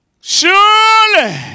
surely